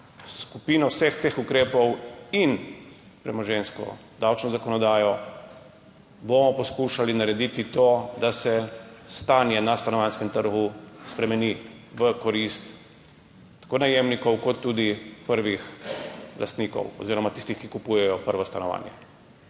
skupino vseh teh ukrepov in premoženjsko davčno zakonodajo bomo poskušali narediti to, da se stanje na stanovanjskem trgu spremeni v korist tako najemnikov kot tudi prvih lastnikov oziroma tistih, ki kupujejo prvo stanovanje.